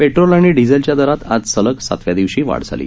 petrol आणि डिझेलच्या दरात आज सलग सातव्या दिवशी वाढ झाली